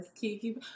Kiki